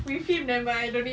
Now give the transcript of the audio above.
with him never mind don't need